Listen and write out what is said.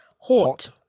Hot